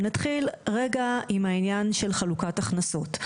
ונתחיל רגע מהעניין של חלוקת הכנסות.